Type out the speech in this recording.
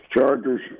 chargers